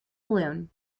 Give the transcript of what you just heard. balloon